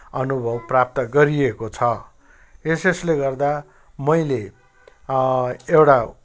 अनुभव प्राप्त गरिएको छ यसोसले गर्दा मैले एउटा